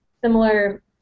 similar